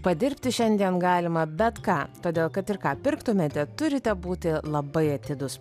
padirbti šiandien galima bet ką todėl kad ir ką pirktumėte turite būti labai atidūs